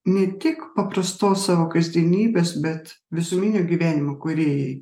ne tik paprastos savo kasdienybės bet visuminio gyvenimo kūrėjai